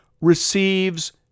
receives